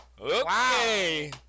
okay